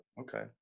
Okay